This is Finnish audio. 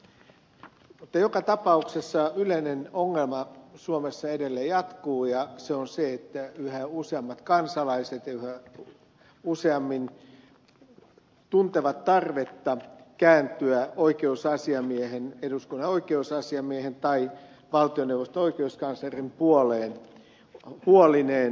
mutta joka tapauksessa yleinen ongelma suomessa edelleen jatkuu ja se on se että yhä useammat kansalaiset yhä useammin tuntevat tarvetta kääntyä eduskunnan oikeusasiamiehen tai valtioneuvoston oikeuskanslerin puoleen huolineen